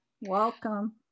Welcome